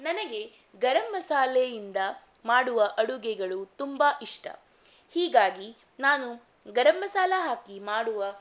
ನನಗೆ ಗರಮ್ ಮಸಾಲೆಯಿಂದ ಮಾಡುವ ಅಡುಗೆಗಳು ತುಂಬ ಇಷ್ಟ ಹೀಗಾಗಿ ನಾನು ಗರಮ್ ಮಸಾಲ ಹಾಕಿ ಮಾಡುವ